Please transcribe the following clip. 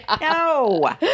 No